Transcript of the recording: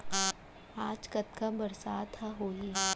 आज कतका बरसात ह होही?